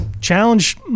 challenge